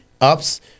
ups